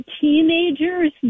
teenagers